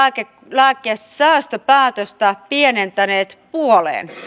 lääkesäästöpäätöstä pienentäneet puoleen